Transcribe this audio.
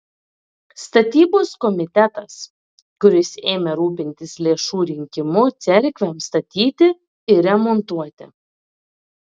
statybos komitetas kuris ėmė rūpintis lėšų rinkimu cerkvėms statyti ir remontuoti